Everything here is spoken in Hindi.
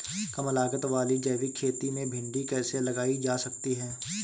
कम लागत वाली जैविक खेती में भिंडी कैसे लगाई जा सकती है?